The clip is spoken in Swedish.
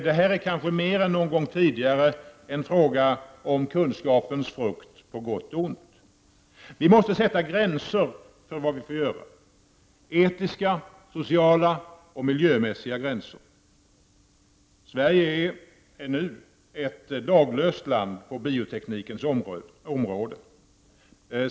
Det här är kanske mer än någon gång tidigare en fråga om kunskapens frukt på gott och ont. Vi måste sätta gränser för vad vi får göra — etiska, sociala och miljömässiga gränser. Sverige är ännu ett laglöst land på bioteknikens område.